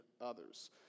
others